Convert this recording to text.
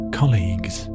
colleagues